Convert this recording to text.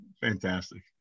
fantastic